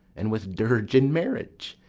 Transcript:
and with dirge in marriage,